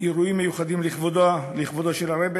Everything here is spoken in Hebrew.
אירועים מיוחדים לכבודו של הרבי